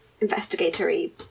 investigatory